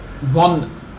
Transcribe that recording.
One